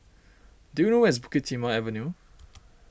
do you know where is Bukit Timah Avenue